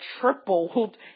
tripled